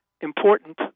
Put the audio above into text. important